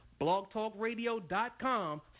blogtalkradio.com